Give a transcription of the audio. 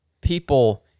people